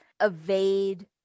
evade